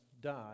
die